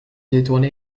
détournée